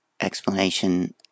explanation